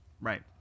right